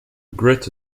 grit